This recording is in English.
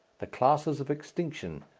the classes of extinction,